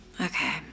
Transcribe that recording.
Okay